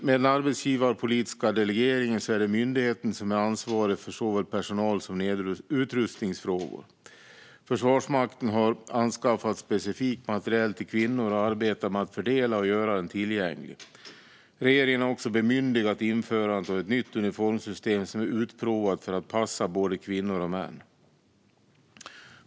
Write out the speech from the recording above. Med den arbetsgivarpolitiska delegeringen är det myndigheten som är ansvarig för såväl personal som utrustningsfrågor. Försvarsmakten har anskaffat specifik materiel till kvinnor och arbetar med att fördela och göra den tillgänglig. Regeringen har också bemyndigat införandet av ett nytt uniformssystem som är utprovat för att passa både kvinnor och män.